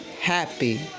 happy